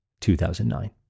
2009